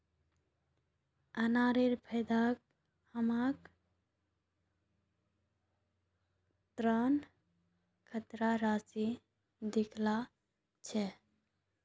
अरनेर फोनत हामी ऋण खातार राशि दखिल छि